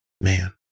man